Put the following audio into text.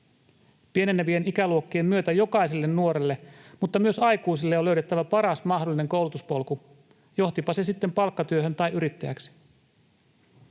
Pienenevien ikäluokkien myötä jokaiselle nuorelle mutta myös aikuisille on löydettävä paras mahdollinen koulutuspolku, johtipa se sitten palkkatyöhön tai yrittäjäksi.